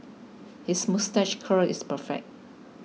his moustache curl is perfect